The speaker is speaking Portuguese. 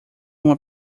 uma